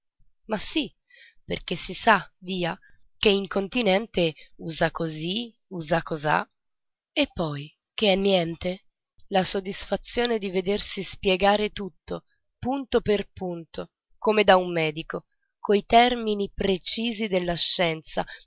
ma sì perché si sa via che in continente usa così usa cosà e poi che è niente la soddisfazione di vedersi spiegare tutto punto per punto come da un medico coi termini precisi della scienza